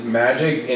magic